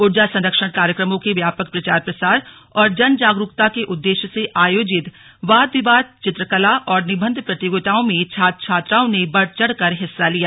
ऊर्जा संरक्षण कार्यक्रमो के व्यापक प्रचार प्रसार और जन जागरूकता के उद्देश्य से आयोजित वाद विवाद चित्रकला और निबंध प्रतियोगिताओं में छात्र छात्राओं ने बढ़ चढ़कर हिस्सा लिया